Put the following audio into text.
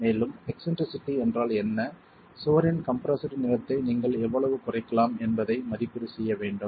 மேலும் எக்ஸ்ன்ட்ரிசிட்டி என்றால் என்ன சுவரின் கம்ப்ரெஸ்டு நீளத்தை நீங்கள் எவ்வளவு குறைக்கலாம் என்பதை மதிப்பீடு செய்ய வேண்டும்